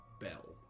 bell